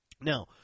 now